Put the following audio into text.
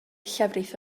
llefrith